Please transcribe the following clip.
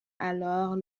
alors